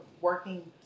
working